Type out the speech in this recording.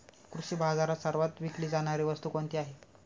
कृषी बाजारात सर्वात विकली जाणारी वस्तू कोणती आहे?